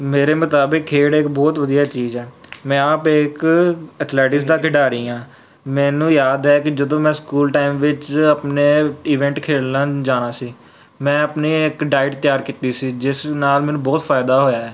ਮੇਰੇ ਮੁਤਾਬਿਕ ਖੇਡ ਇਕ ਬਹੁਤ ਵਧੀਆ ਚੀਜ਼ ਹੈ ਮੈਂ ਆਪ ਇੱਕ ਅਥਲੈਟਿਕਸ ਦਾ ਖਿਡਾਰੀ ਹਾਂ ਮੈਨੂੰ ਯਾਦ ਹੈ ਕਿ ਜਦੋਂ ਮੈਂ ਸਕੂਲ ਟਾਈਮ ਵਿੱਚ ਆਪਣੇ ਈਵੈਂਟ ਖੇਡਣ ਜਾਣਾ ਸੀ ਮੈਂ ਆਪਣੇ ਇੱਕ ਡਾਇਟ ਤਿਆਰ ਕੀਤੀ ਸੀ ਜਿਸ ਨਾਲ ਮੈਨੂੰ ਬਹੁਤ ਫਾਇਦਾ ਹੋਇਆ ਹੈ